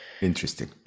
Interesting